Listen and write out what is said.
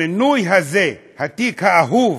המינוי הזה, התיק האהוב